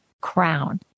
crown